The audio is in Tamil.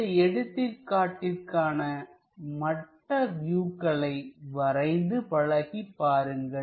இந்த எடுத்துக்காட்டிற்கான மற்ற வியூக்களை வரைந்து பழகிப் பாருங்கள்